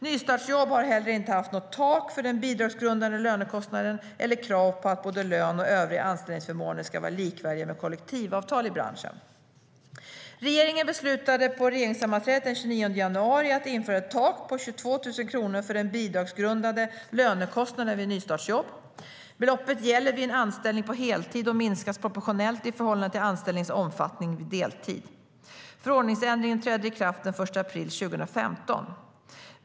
Nystartsjobb har heller inte haft något tak för den bidragsgrundande lönekostnaden eller krav på att både lön och övriga anställningsförmåner ska vara likvärdiga med kollektivavtal i branschen. Regeringen beslutade på regeringssammanträdet den 29 januari att införa ett tak på 22 000 kronor för den bidragsgrundande lönekostnaden vid nystartsjobb. Beloppet gäller vid en anställning på heltid och minskas proportionellt i förhållande till anställningens omfattning vid deltid. Förordningsändringen träder i kraft den 1 april 2015.